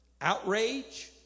outrage